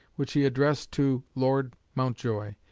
which he addressed to lord mountjoy,